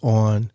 on